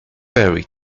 very